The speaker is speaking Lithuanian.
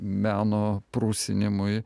meno prusinimui